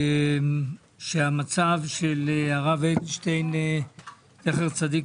שהמצב של הרב אדלשטיין זצ"ל,